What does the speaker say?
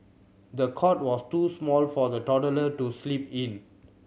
the cot was too small for the toddler to sleep in